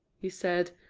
he said,